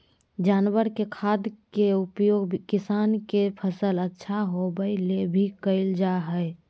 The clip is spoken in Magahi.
जानवर के खाद के उपयोग किसान के फसल अच्छा होबै ले भी कइल जा हइ